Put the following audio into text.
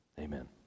Amen